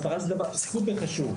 הסברה זה דבר סופר חשוב.